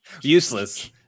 useless